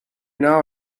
now